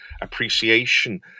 appreciation